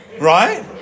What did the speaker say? right